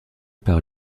par